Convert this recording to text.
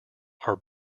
are